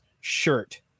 shirt